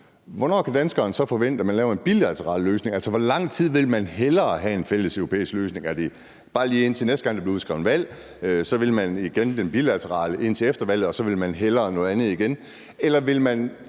Hvornår kan danskerne så forvente, at man laver en bilateral løsning? Altså, hvor lang tid vil man hellere have en fælles europæisk løsning? Er det bare, lige indtil næste gang der blev udskrevet valg? Så vil man igen den bilaterale indtil efter valget, og så vil man hellere noget andet igen.